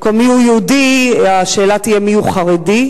במקום מיהו יהודי, השאלה תהיה מיהו חרדי.